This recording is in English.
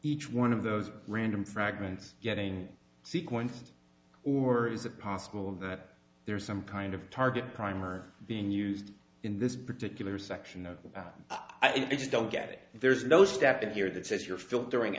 each one of those random fragments getting sequenced or is it possible that there is some kind of target primer being used in this particular section about i just don't get it there's no step in here that says you're filtering